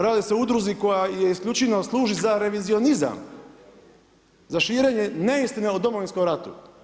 Radi se o udruzi koja isključivo služi za revizionizam, za širenje neistine o Domovinskom ratu.